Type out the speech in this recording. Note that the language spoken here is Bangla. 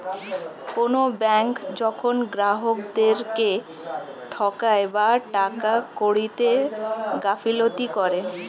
কোনো ব্যাঙ্ক যখন গ্রাহকদেরকে ঠকায় বা টাকা কড়িতে গাফিলতি করে